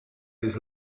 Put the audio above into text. this